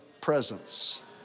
presence